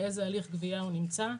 באיזה הליך גבייה הוא נמצא.